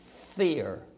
fear